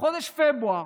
בחודש פברואר,